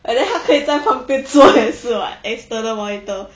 and then 她可以再旁边做也是 [what] external monitor